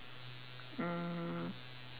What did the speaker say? mm